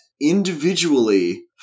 individually